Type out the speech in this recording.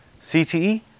CTE